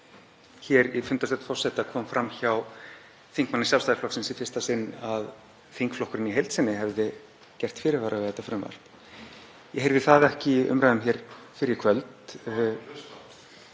forseta kom fram hjá þingmanni Sjálfstæðisflokksins í fyrsta sinn að þingflokkurinn í heild sinni hefði gert fyrirvara við þetta frumvarp. Ég heyrði það ekki í umræðum hér fyrr í kvöld,